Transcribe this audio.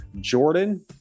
Jordan